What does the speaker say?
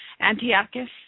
Antiochus